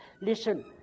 Listen